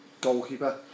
Goalkeeper